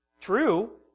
True